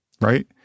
right